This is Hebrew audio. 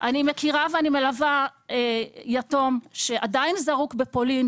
אני מכירה ואני מלווה יתום שעדיין זרוק בפולין,